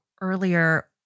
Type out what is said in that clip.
earlier